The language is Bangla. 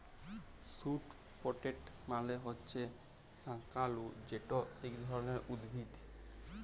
স্যুট পটেট মালে হছে শাঁকালু যেট ইক ধরলের উদ্ভিদ